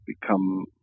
become